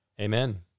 Amen